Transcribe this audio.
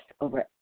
over